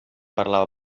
parlava